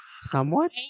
Somewhat